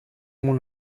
μου